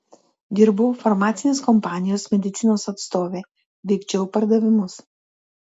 dirbau farmacinės kompanijos medicinos atstove vykdžiau pardavimus